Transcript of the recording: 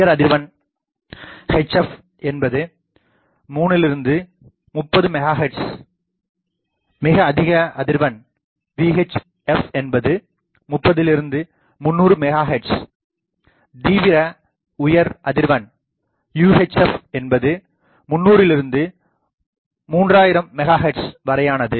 உயர் அதிர்வெண் என்பது 3 லிருந்து 30 மெகா ஹெர்ட்ஸ் மிக அதிக அதிர்வெண் என்பது 30 லிருந்து 300 மெகா ஹெர்ட்ஸ் தீவிர உயர் அதிர்வெண் என்பது 300 லிருந்து 3000 மெகா ஹெர்ட்ஸ் வரையானது